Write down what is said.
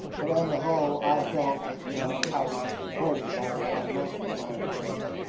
but on the whole i felt that i was supported by by most of my friends.